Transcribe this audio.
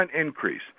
increase